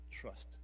trust